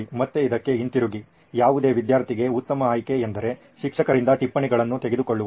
ಮತ್ತೆ ಇದಕ್ಕೆ ಹಿಂತಿರುಗಿ ಯಾವುದೇ ವಿದ್ಯಾರ್ಥಿಗೆ ಉತ್ತಮ ಆಯ್ಕೆ ಎಂದರೆ ಶಿಕ್ಷಕರಿಂದ ಟಿಪ್ಪಣಿಗಳನ್ನು ತೆಗೆದುಕೊಳ್ಳುವುದು